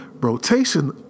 rotation